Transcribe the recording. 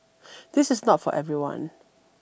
this is not for everyone